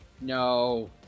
No